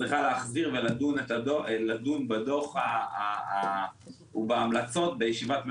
צריכה להחזיר ולדון בדוח ובהמלצות בישיבת ממשלה,